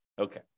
Okay